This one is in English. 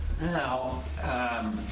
Now